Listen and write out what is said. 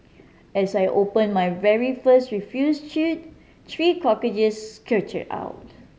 as I open my very first refuse chute three cockroaches scurried out